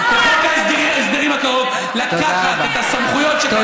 בחוק ההסדרים הקרוב לקחת את הסמכויות שקיימות לרשויות המקומיות,